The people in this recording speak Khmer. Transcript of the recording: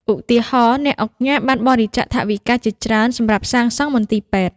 ឧទាហរណ៍ អ្នកឧកញ៉ាបានបរិច្ចាគថវិកាជាច្រើនសម្រាប់សាងសង់មន្ទីរពេទ្យ។